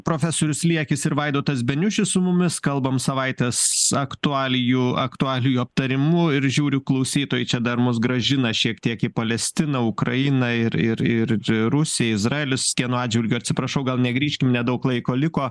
profesorius liekis ir vaidotas beniušis su mumis kalbam savaitės aktualijų aktualijų aptarimu ir žiūriu klausytojai čia dar mus grąžina šiek tiek į palestiną ukrainą ir ir ir rusija izraelis kieno atžvilgiu atsiprašau gal negrįžkim nedaug laiko liko